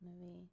movie